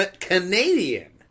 Canadian